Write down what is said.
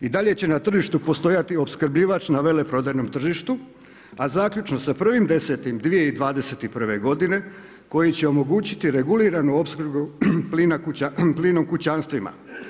I dalje će na tržištu postojati opskrbljivač na veleprodajnom tržištu, a zaključno sa 1.10.2021. godine koji će omogućiti reguliranu opskrbu plina kućanstvima.